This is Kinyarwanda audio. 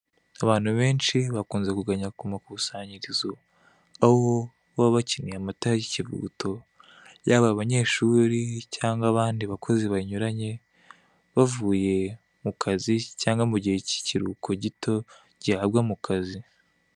Abantu benshi bakunze kuganya kumakusanyirizo , aho baba bakeneye amata y'ikivuguto yaba abanyeshuri , cyangwa abandi bakozi banyuranye bavuye mu kazi, cyangwa mugihe k'ikiruhuko gito gihabwa mu kazi.